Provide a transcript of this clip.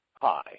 Hi